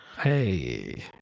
Hey